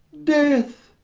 death!